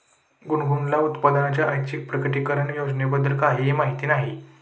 गुनगुनला उत्पन्नाच्या ऐच्छिक प्रकटीकरण योजनेबद्दल काहीही माहिती नाही